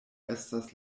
estas